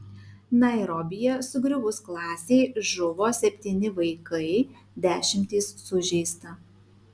nairobyje sugriuvus klasei žuvo septyni vaikai dešimtys sužeista